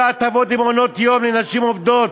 ביטול כל ההטבות למעונות-יום לנשים עובדות.